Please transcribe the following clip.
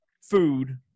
food